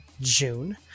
june